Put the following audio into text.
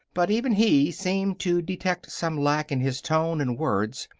but even he seemed to detect some lack in his tone and words.